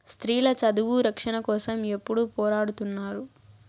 స్త్రీల చదువు రక్షణ కోసం ఎప్పుడూ పోరాడుతున్నారు